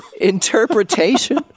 Interpretation